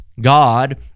God